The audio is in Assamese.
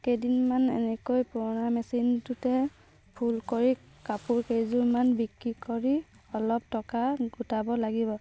কেইদিনমান এনেকৈ পুৰণা মেচিনটোতে ফুল কৰি কাপোৰ কেইযোৰমান বিক্ৰী কৰি অলপ টকা গোটাব লাগিব